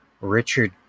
Richard